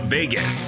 Vegas